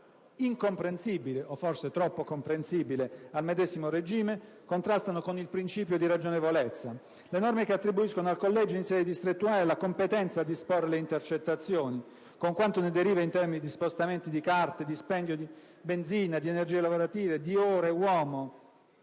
incomprensibile (o forse troppo comprensibile) al medesimo regime, contrastano con il principio di ragionevolezza. Le norme che attribuiscono al collegio in sede distrettuale la competenza a disporre le intercettazioni (con quanto ne deriva in termini di spostamenti di carte, di dispendio di benzina, di energie lavorative, di ore uomo,